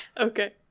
Okay